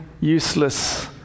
useless